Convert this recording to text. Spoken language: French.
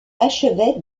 achevait